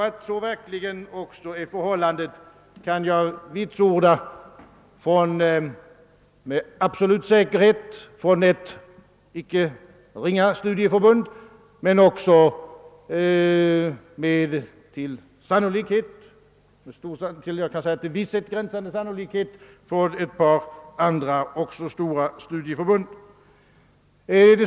Att så verkligen är förhållandet kan jag vitsorda med absolut säkerhet från ett ingalunda obetydligt studieförbund och med till visshet gränsande sannolikhet från ett par andra stora studieförbund.